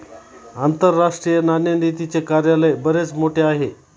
आंतरराष्ट्रीय नाणेनिधीचे कार्यालय बरेच मोठे आहे